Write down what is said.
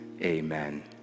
Amen